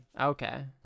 Okay